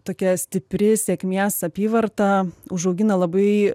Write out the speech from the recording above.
tokia stipri sėkmės apyvarta užaugina labai